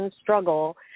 struggle